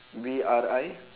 B R I